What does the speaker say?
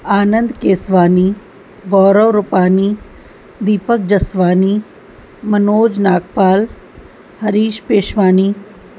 Anand Keswani Gaurav Rupani Deepak Jaswani Manoj Nagpal Harish Peshwani